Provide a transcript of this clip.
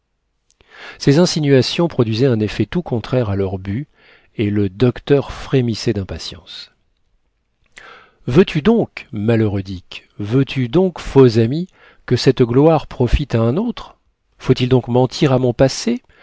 ces insinuations produisaient un effet tout contraire à leur but et le docteur frémissait d'impatience veux-tu donc malheureux dick veux-tu donc faux ami que cette gloire profite à un autre faut-il donc mentir à mon passé